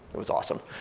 it was awesome.